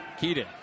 Keaton